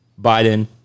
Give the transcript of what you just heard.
biden